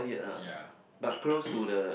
ya